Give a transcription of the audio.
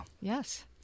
Yes